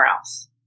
else